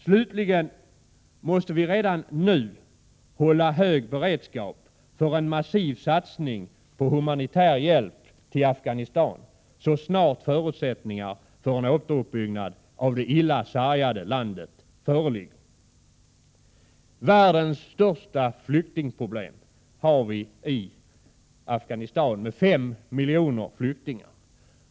Slutligen måste vi redan nu hålla hög beredskap för en massiv satsning på humanitär hjälp till Afghanistan så snart förutsättningar för ett återuppbyggande av det illa sargade landet föreligger. Världens största flyktingproblem har vi i Afghanistan med fem miljoner flyktingar.